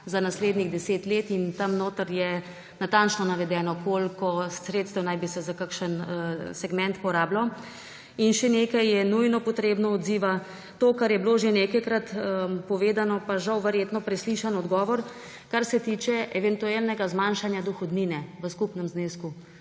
za naslednjih 10 let in tam notri je natančno navedeno, koliko sredstev naj bi se za kakšen segment porabilo. Še nekaj je nujno potrebno odziva, to, kar je bilo že nekajkrat povedano, pa žal verjetno preslišan odgovor, kar se tiče eventualnega zmanjšanja dohodnine v skupnem znesku.